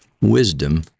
wisdom